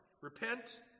repent